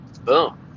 Boom